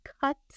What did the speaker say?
cut